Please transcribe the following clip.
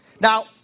Now